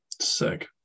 sick